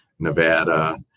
Nevada